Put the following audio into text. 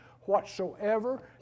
whatsoever